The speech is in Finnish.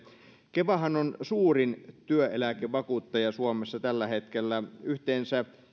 kevahan on suurin työeläkevakuuttaja suomessa tällä hetkellä yhteensä